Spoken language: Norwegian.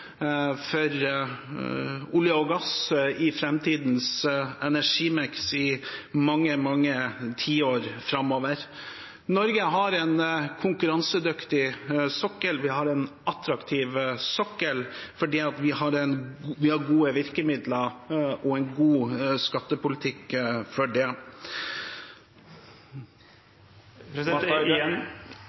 for olje og gass i framtidens energimiks i mange tiår framover. Norge har en konkurransedyktig og attraktiv sokkel, fordi vi har gode virkemidler og en god skattepolitikk for det. Igjen